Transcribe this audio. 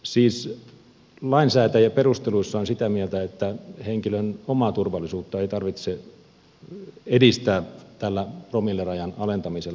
siis lainsäätäjä perusteluissa on sitä mieltä että henkilön omaa turvallisuutta ei tarvitse edistää tällä promillerajan alentamisella